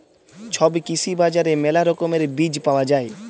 ছব কৃষি বাজারে মেলা রকমের বীজ পায়া যাই